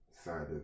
side